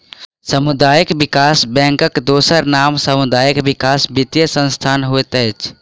सामुदायिक विकास बैंकक दोसर नाम सामुदायिक विकास वित्तीय संस्थान होइत छै